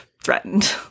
threatened